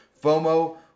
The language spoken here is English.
FOMO